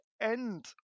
end